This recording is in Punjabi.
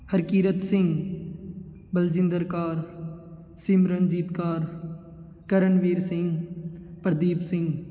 ਹਰਕੀਰਤ ਸਿੰਘ ਬਲਜਿੰਦਰ ਕੌਰ ਸਿਮਰਨਜੀਤ ਕੌਰ ਕਰਨਵੀਰ ਸਿੰਘ ਪ੍ਰਦੀਪ ਸਿੰਘ